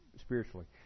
spiritually